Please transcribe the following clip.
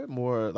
more